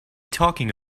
talking